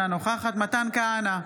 אינו נוכח מתן כהנא,